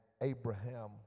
Abraham